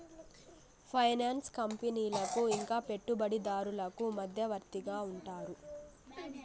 finance కంపెనీలకు ఇంకా పెట్టుబడిదారులకు మధ్యవర్తిగా ఉంటారు